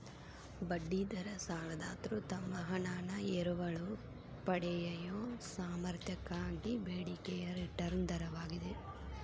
ಬಡ್ಡಿ ದರ ಸಾಲದಾತ್ರು ತಮ್ಮ ಹಣಾನ ಎರವಲು ಪಡೆಯಯೊ ಸಾಮರ್ಥ್ಯಕ್ಕಾಗಿ ಬೇಡಿಕೆಯ ರಿಟರ್ನ್ ದರವಾಗಿದೆ